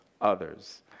others